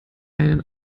einen